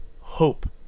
hope